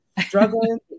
Struggling